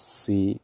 see